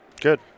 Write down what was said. Good